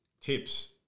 Tips